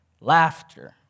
Laughter